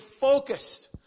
focused